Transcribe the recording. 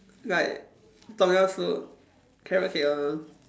like Tom Yum soup carrot cake ah